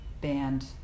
band